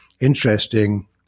interesting